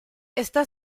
está